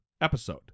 episode